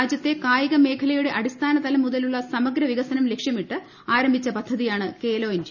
രാജ്യത്തെ കായിക േമഖലയുടെ അടിസ്ഥാന തലം മുതലുള്ള സമഗ്ര വികസനം ലക്ഷ്യമിട്ട് ആരംഭിച്ച പദ്ധതിയാണ് ഖേലോ ഇന്ത്യ